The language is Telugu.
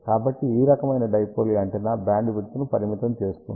కాబట్టి ఈ రకమైన డైపోల్ యాంటెన్నా బ్యాండ్విడ్త్ను పరిమితం చేస్తుంది